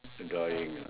enjoying ah